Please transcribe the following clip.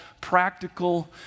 practical